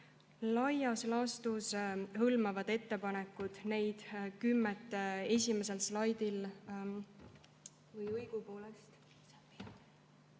Laias laastus hõlmavad ettepanekud neid kümmet teisel slaidil